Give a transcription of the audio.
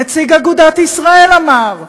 נציג אגודת ישראל אמר: